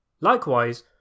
Likewise